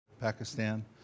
Pakistan